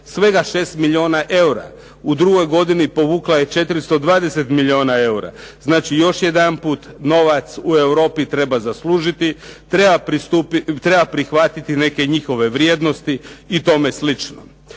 svega 6 milijuna eura. U drugoj godini povukla je 420 milijuna eura. Znači još jedanput, novac u Europi treba zaslužiti, treba prihvatiti neke njihove vrijednosti i tome slično.